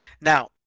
Now